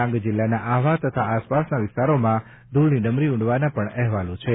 ડાંગ જિલ્લાના આહવા તથા આસપાસના વિસ્તારોમાં ધૂળની ડમરી ઉડવાના પણ અહેવાલો છે